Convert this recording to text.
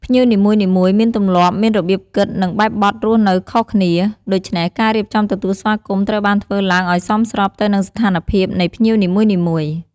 ភ្ញៀវនីមួយៗមានទម្លាប់ មានរបៀបគិត និងបែបបទរស់នៅខុសគ្នា ដូច្នេះការរៀបចំទទួលស្វាគមន៍ត្រូវបានធ្វើឡើងឱ្យសមស្របទៅនឹងស្ថានភាពនៃភ្ញៀវនីមួយៗ។